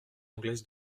anglaises